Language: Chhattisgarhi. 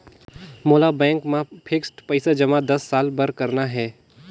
मोला बैंक मा फिक्स्ड पइसा जमा दस साल बार करना हे?